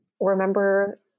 remember